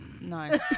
Nice